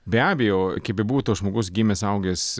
be abejo kaip bebūtų žmogus gimęs augęs